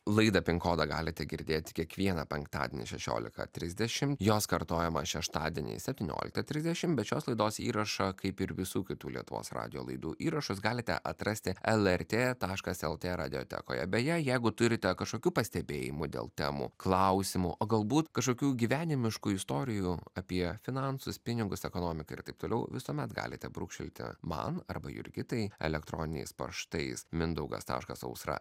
laidą pin kodą galite girdėti kiekvieną penktadienį šešiolika trisdešim jos kartojimą šeštadieniais septyniolika trisdešim bet šios laidos įrašą kaip ir visų kitų lietuvos radijo laidų įrašus galite atrasti lrt taškas lt radiotekoje beje jeigu turite kažkokių pastebėjimų dėl temų klausimų o galbūt kažkokių gyvenimiškų istorijų apie finansus pinigus ekonomiką ir taip toliau visuomet galite brūkštelti man arba jurgitai elektroniniais paštais mindaugas taškas ausra